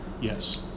yes